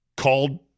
called